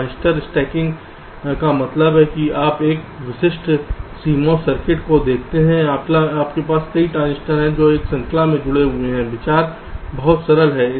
transistor stacking का मतलब है कि आप एक विशिष्ट सीएमओएस सर्किट में देखते हैं आपके पास इस ट्रांजिस्टर के कई हैं जो एक श्रृंखला में जुड़े हुए हैं विचार बहुत सरल है